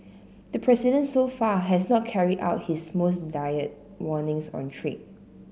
the president so far has not carried out his most dire warnings on trade